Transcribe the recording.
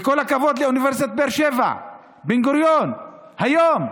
וכל הכבוד לאוניברסיטת באר שבע, בן-גוריון, היום,